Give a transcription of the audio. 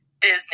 Disney